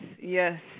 Yes